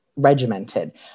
regimented